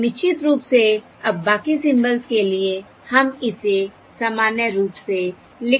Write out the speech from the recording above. और निश्चित रूप से अब बाकी सिंबल्स के लिए हम इसे सामान्य रूप से लिख सकते हैं